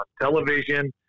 television